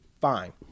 fine